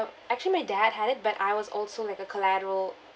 actually my dad had it but I was also like a collateral